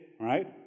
right